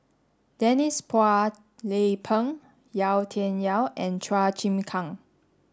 Denise Phua Lay Peng Yau Tian Yau and Chua Chim Kang